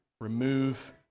Remove